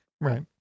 Right